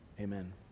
Amen